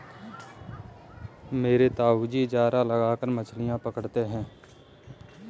मेरे ताऊजी चारा लगाकर मछलियां पकड़ते हैं